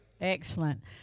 Excellent